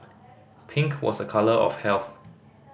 pink was a colour of health